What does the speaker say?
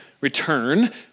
return